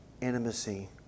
Intimacy